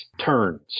turns